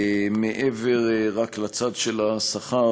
מעבר לצד של השכר,